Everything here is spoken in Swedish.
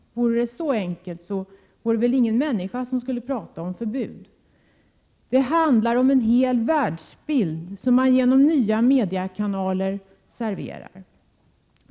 Vore det så enkelt skulle väl ingen människa prata om förbud. Det handlar om en hel världsbild som man genom nya mediakanaler serverar.